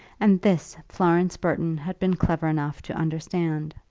and this florence burton had been clever enough to understand.